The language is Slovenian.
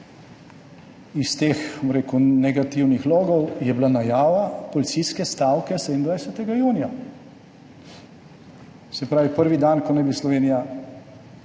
rekel, negativnih logov, je bila najava policijske stavke 27. junija, se pravi prvi dan, ko naj bi Slovenija